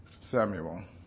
Samuel